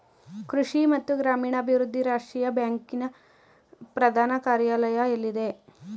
ಕೃಷಿ ಮತ್ತು ಗ್ರಾಮೀಣಾಭಿವೃದ್ಧಿ ರಾಷ್ಟ್ರೀಯ ಬ್ಯಾಂಕ್ ನ ಪ್ರಧಾನ ಕಾರ್ಯಾಲಯ ಎಲ್ಲಿದೆ?